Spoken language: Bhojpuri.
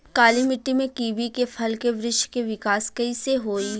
काली मिट्टी में कीवी के फल के बृछ के विकास कइसे होई?